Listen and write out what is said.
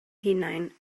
hunain